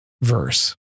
verse